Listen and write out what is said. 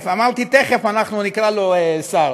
אמרתי שתכף נקרא לו שר.